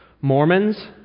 Mormons